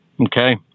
okay